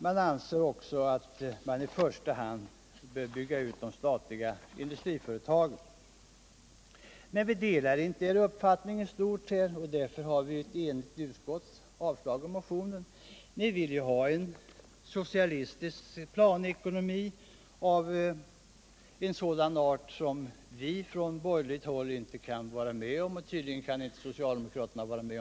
Man anser också att de statliga industriföretagen i första hand bör utbyggas. Men i stort delar vi inte er uppfattning, och därför har ett enigt utskott avstyrkt motionen. Ni vill ha en socialistisk planekonomi av sådan art som vi från borgerligt håll inte kan vara med om. Tydligen kan inte heller socialdemokraterna vara med.